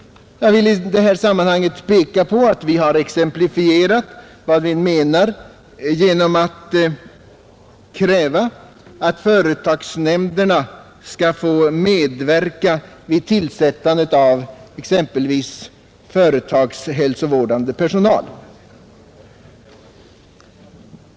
Jag vill i detta sammanhang peka på att vi har exemplifierat vad vi menar genom att kräva att företagsnämnderna skall få medverka vid tillsättandet av exempelvis företagshälsovårdande personal.